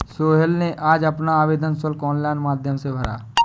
सोहेल ने आज अपना आवेदन शुल्क ऑनलाइन माध्यम से भरा